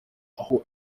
aho